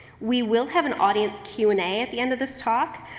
we will have an audience q and a at the end of this talk.